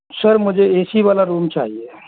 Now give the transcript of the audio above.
sir मुझे A C वाला room चाहिए